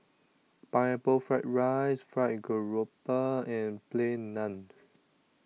Pineapple Fried Rice Fried Garoupa and Plain Naan